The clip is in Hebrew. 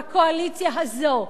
והקואליציה הזו,